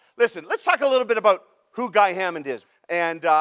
listen, let's talk a little bit about who guy hammond is and,